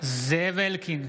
זאב אלקין,